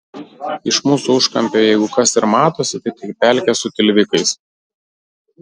iš mūsų užkampio jeigu kas ir matosi tai tik pelkė su tilvikais